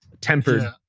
Tempered